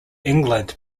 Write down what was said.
england